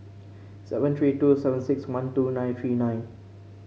seven three two seven six one two nine three nine